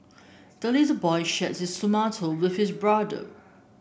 the little boy shared his tomato with his brother